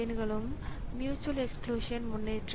எனவே இந்த கட்டத்தில் IO செயல்பாடு முடிந்தது